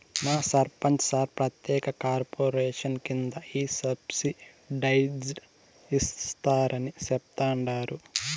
మా సర్పంచ్ సార్ ప్రత్యేక కార్పొరేషన్ కింద ఈ సబ్సిడైజ్డ్ ఇస్తారని చెప్తండారు